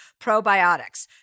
probiotics